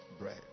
bread